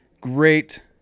great